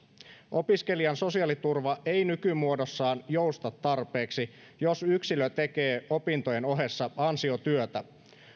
opiskelijan sosiaaliturva ei nykymuodossaan jousta tarpeeksi jos yksilö tekee opintojen ohessa ansiotyötä